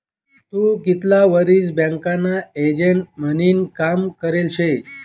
तू कितला वरीस बँकना एजंट म्हनीन काम करेल शे?